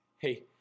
Hey